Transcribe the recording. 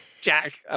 Jack